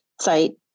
site